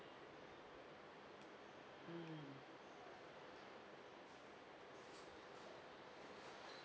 mm